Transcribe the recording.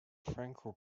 franco